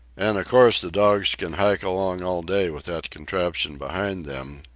an' of course the dogs can hike along all day with that contraption behind them,